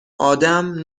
آدم